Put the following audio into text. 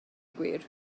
gwir